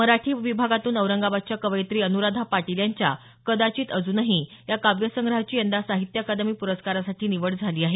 मराठी विभागातून औरंगाबादच्या कवयित्री अनुराधा पाटील यांच्या कदाचित अजूनही या काव्यसंग्रहाची यंदा साहित्य अकादमी पुरस्कारासाठी निवड झाली आहे